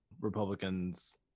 Republicans